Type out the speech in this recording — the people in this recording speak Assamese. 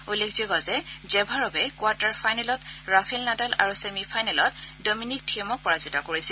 উল্লেখযোগ্য যে জেভাৰভে কোৱাৰ্টাৰ ফাইনেলত ৰাফেল নাডাল আৰু ছেমি ফাইনেলত ডমিনিক থিয়েমক পৰাজিত কৰিছিল